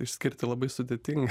išskirti labai sudėtinga